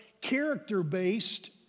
character-based